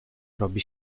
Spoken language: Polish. robi